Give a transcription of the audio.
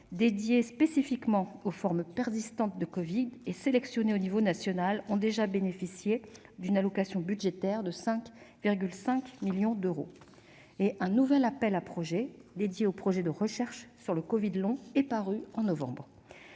dédiés spécifiquement aux formes persistantes de covid et sélectionnés au niveau national a déjà bénéficié d'une allocation budgétaire de 5,5 millions d'euros. Un nouvel appel à projets, dédié aux projets de recherche sur le covid long, est paru en novembre